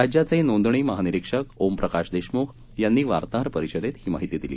राज्याचे नोंदणी महानिरिक्षक ओमप्रकाश देशमुख यांनी पत्रकार परिषदेत ही माहिती दिली